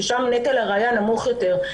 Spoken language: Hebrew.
ששם נטל הראייה נמוך יותר.